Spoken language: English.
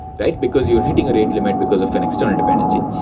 right? because you're hitting a rate limit because of an external dependency.